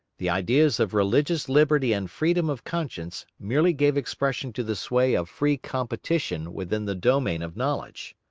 the ideas of religious liberty and freedom of conscience merely gave expression to the sway of free competition within the domain of knowledge.